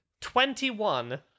Twenty-one